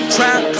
Trap